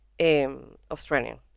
Australian